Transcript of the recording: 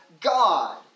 God